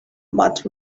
but